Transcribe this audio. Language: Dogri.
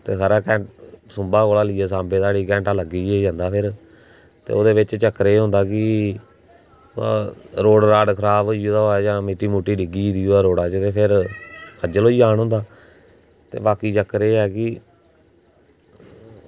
ते खबरै सुंबा कोला लेइयै सांबा धोड़ी घैंटा लग्गी गै जंदा फिर ते ओह्दे बिच चक्कर एह् होंदा कि फिर रोड़ खराब होई दा होऐ जां मिट्टी डिग्गी दी होऐ रोड़ च जां फिर खज्जल होई जान होंदा ते बाकी चक्कर एह् ऐ कि